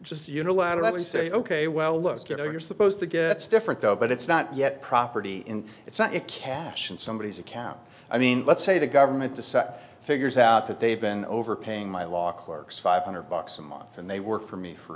just unilaterally say ok well look you know you're supposed to gets different though but it's not yet property and it's not it cash in somebodies account i mean let's say the government to set figures out that they've been overpaying my law clerks five hundred bucks a month and they work for me f